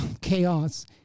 chaos